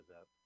up